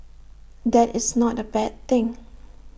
that is not A bad thing